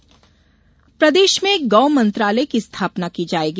गौ मंत्रालय प्रदेश में गौ मंत्रालय की स्थापना की जाएगी